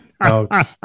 Ouch